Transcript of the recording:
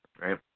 right